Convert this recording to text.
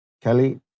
Kelly